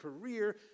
career